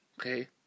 Okay